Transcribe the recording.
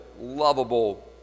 lovable